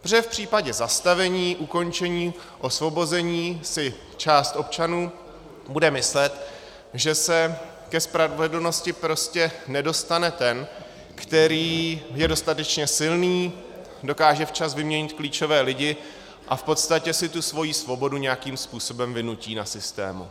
Protože v případě zastavení, ukončení, osvobození si část občanů bude myslet, že se ke spravedlnosti prostě nedostane ten, který je dostatečně silný, dokáže včas vyměnit klíčové lidi a v podstatě si tu svoji svobodu nějakým způsobem vynutí na systému.